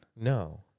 No